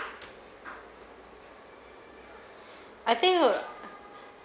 I think we uh